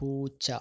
പൂച്ച